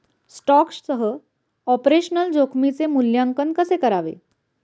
स्टॉकसह ऑपरेशनल जोखमीचे मूल्यांकन कसे करावे?